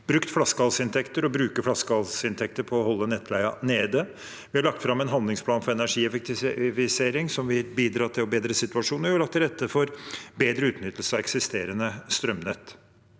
brukt og bru ker flaskehalsinntekter på å holde nettleien nede. Vi har lagt fram en handlingsplan for energieffektivisering, noe som vil bidra til å bedre situasjonen, og vi har lagt til rette for bedre utnyttelse av eksisterende strømnett.